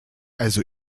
also